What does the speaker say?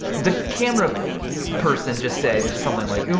the camera person just said something like, oh,